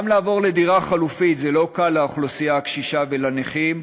גם לעבור לדירה חלופית זה לא קל לאוכלוסייה הקשישה ולנכים,